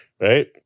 Right